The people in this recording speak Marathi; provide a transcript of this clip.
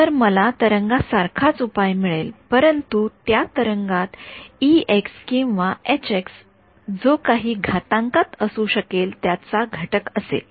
तर मला तरंगा सारखाच उपाय मिळेल परंतु त्या तरंगात किंवा जो काही घातांकात असू शकेल त्याचा घटक असेल